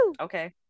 Okay